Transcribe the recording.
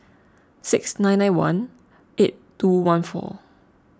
six nine nine one eight two one four